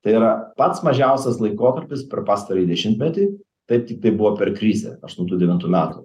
tai yra pats mažiausias laikotarpis per pastarąjį dešimtmetį taip tiktai buvo per krizę aštuntų devintų metų